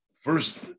first